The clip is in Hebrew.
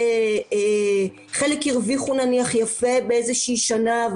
חלק הרוויחו יפה באיזושהי שנה,